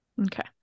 Okay